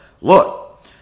Look